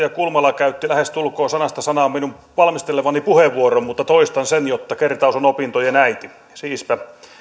edustaja kulmala käytti lähestulkoon sanasta sanaan minun valmistelemani puheenvuoron mutta toistan sen jotta kertaus on opintojen äiti siispä